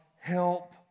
help